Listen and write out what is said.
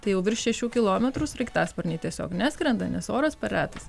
tai jau virš šešių kilometrų sraigtasparniai tiesiog neskrenda nes oras per retas